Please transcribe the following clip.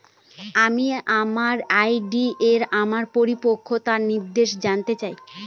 আমি আমার আর.ডি এর আমার পরিপক্কতার নির্দেশনা জানতে চাই